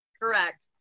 Correct